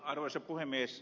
arvoisa puhemies